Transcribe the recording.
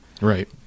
Right